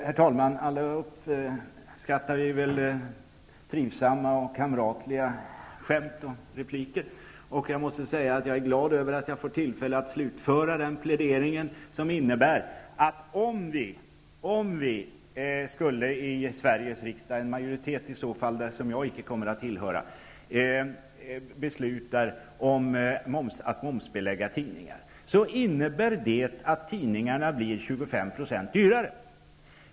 Herr talman! Alla uppskattar vi trivsamma och kamratliga skämt och repliker. Jag är glad över att jag får tillfälle att slutföra min plädering. Om en majoritet i Sveriges riksdag, som jag icke kommer att tillhöra, beslutar att momsbelägga tidningar, kommer tidningarna att bli 25 % dyrare.